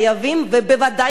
ובוודאי חייבים,